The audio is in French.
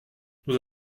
nous